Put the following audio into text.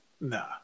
Nah